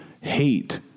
hate